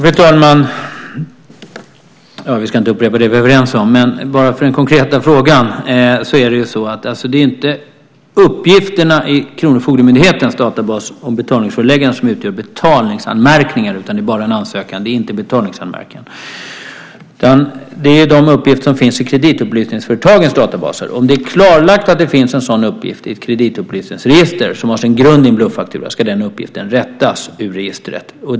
Fru talman! Vi ska inte behöva upprepa det vi är överens om. I den konkreta frågan är det så att uppgifterna i kronofogdemyndighetens databas om betalningsföreläggande som utgör betalningsanmärkning bara gäller en ansökan - det är inte en betalningsanmärkning. Det är uppgifter som finns i kreditupplysningsföretagens databas. Om det är klarlagt att det finns en sådan uppgift i ett kreditupplysningsregister som har sin grund i en bluffaktura ska den uppgiften rättas och raderas ur registret.